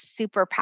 superpower